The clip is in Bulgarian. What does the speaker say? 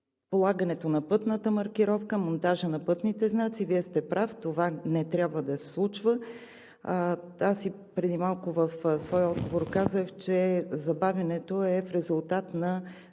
на пътната маркировка, монтажа на пътните знаци. Вие сте прав, това не трябва да се случва. Аз и преди малко в своя отговор казах, че забавянето е в резултат на